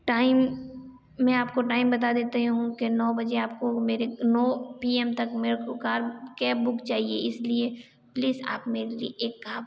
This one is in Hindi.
टाइम मैं आपको टाइम बता देती हूँ कि नौ बजे आपको मेरे नौ पी एम तक मेरे को कार कैब बुक चाहिए इसलिए प्लीज़ आप मेरे लिए एक आप